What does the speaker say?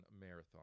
marathon